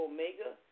Omega